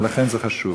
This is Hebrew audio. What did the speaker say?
ולכן זה חשוב.